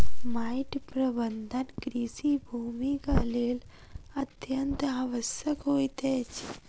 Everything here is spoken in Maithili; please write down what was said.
माइट प्रबंधन कृषि भूमिक लेल अत्यंत आवश्यक होइत अछि